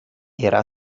era